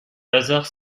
hasards